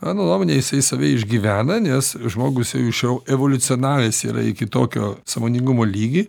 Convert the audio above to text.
mano nuomone jisai save išgyvena nes žmogus jau išeu evoliucionavęs yra iki tokio sąmoningumo lygį